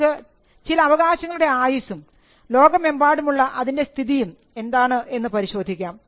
നമുക്ക് ചില അവകാശങ്ങളുടെ ആയുസ്സും ലോകമെമ്പാടുമുള്ള അതിൻറെ സ്ഥിതിയും എന്താണ് എന്ന് പരിശോധിക്കാം